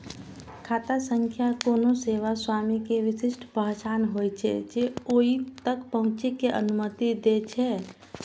खाता संख्या कोनो सेवा स्वामी के विशिष्ट पहचान होइ छै, जे ओइ तक पहुंचै के अनुमति दै छै